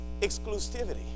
exclusivity